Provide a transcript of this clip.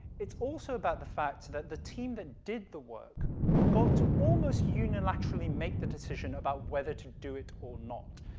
it's also about the fact that the team that did the work got to almost unilaterally make the decision about whether to do it or not,